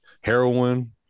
heroin